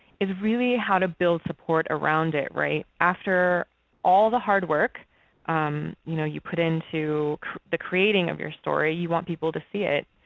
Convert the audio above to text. is really how to build support around it. after all the hard work you know you put into the creating of your story, you want people to see it.